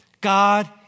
God